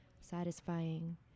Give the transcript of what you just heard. satisfying